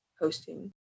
hosting